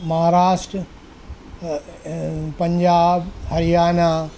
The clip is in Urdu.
مہاراشٹر پنجاب ہریانہ